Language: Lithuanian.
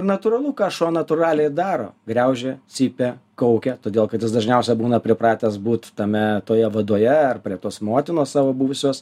ir natūralu ką šuo natūraliai ir daro graužia cypia kaukia todėl kad jis dažniausiai būna pripratęs būt tame toje vadoje ar prie tos motinos savo buvusios